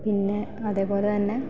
പിന്നെ അതേപോലെ തന്നെ